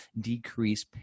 decrease